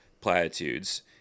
platitudes